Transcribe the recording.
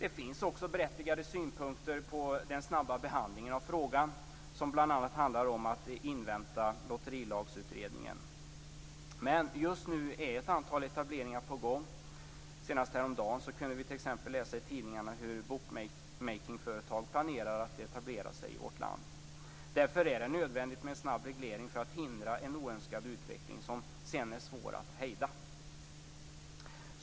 Det finns också berättigade synpunkter på den snabba behandlingen av frågan som bl.a. handlar om att man skall invänta Lotterilagsutredningen. Men just nu är ett antal etableringar på gång. Senast häromdagen kunde vi t.ex. läsa i tidningarna hur bookmakingföretag planerar att etablera sig i Sverige. Därför är det nödvändigt med en snabb reglering för att hindra en oönskad utveckling som senare är svår att hejda.